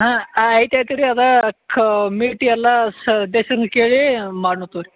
ಹಾಂ ಆಯ್ತು ಆಯ್ತು ರೀ ಅದು ಕಮೀಟಿ ಅಲ್ಲಾ ಅಧ್ಯಕ್ಷರನ್ನ ಕೇಳಿ ಮಾಡಣ ತಗೋರಿ